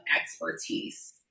expertise